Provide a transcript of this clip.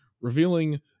revealing